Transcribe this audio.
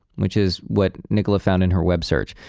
which is what nicola found in her web search.